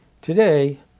Today